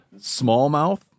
smallmouth